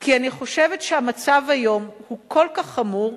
כי אני חושבת שהמצב היום הוא כל כך חמור,